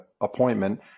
appointment